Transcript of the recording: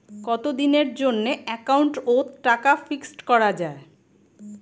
কতদিনের জন্যে একাউন্ট ওত টাকা ফিক্সড করা যায়?